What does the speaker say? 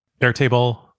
Airtable